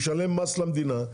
משלם מס למדינה,